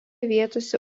vietose